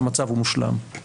שהמצב הוא מושלם,